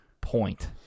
point